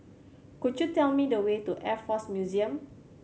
could you tell me the way to Air Force Museum